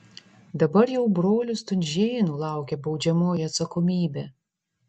dabar jau brolių stunžėnų laukia baudžiamoji atsakomybė